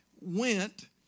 went